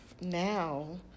now